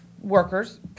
workers